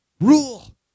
rule